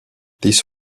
this